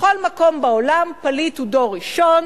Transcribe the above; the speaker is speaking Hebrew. בכל מקום בעולם, פליט הוא דור ראשון,